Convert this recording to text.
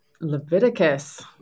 Leviticus